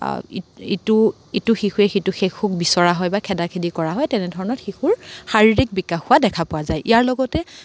ইটো ইটো শিশুৱে সিটো শিশুক বিচৰা হয় বা খেদা খেদি কৰা হয় তেনেধৰণৰ শিশুৰ শাৰীৰিক বিকাশ হোৱা দেখা পোৱা যায় ইয়াৰ লগতে